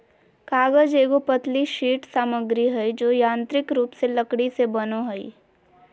कागज एगो पतली शीट सामग्री हइ जो यांत्रिक रूप से लकड़ी से बनो हइ